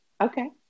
Okay